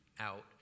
out